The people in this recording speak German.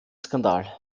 skandal